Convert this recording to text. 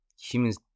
humans